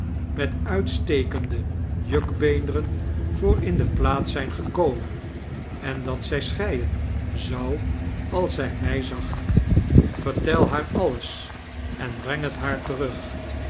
met uitstekende jukbeenderen voor in de plaate zdjn gekomen en dat zij echneien zou als zij mij zag vertel haar alles en breng het haar terug